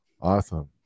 Awesome